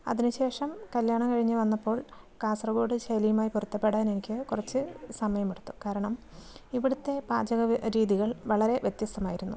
അതിനു ശേഷം കല്യാണം കഴിഞ്ഞു വന്നപ്പോൾ കാസർകോഡ് ശൈലിയുമായി പൊരുത്തപ്പെടാൻ എനിക്ക് കുറച്ച് സമയമെടുത്തു കാരണം ഇവിടുത്തെ പാചകരീതികൾ വളരെ വ്യത്യസ്തമായിരുന്നു